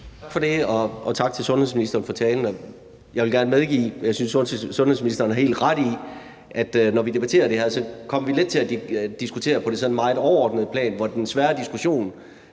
Tak for det, og tak til sundhedsministeren for talen. Jeg vil gerne medgive, at sundhedsministeren har helt ret i, at vi, når vi debatterer det her, så let kommer til at diskutere på det sådan meget overordnede plan, hvor den politiske diskussion